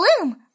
bloom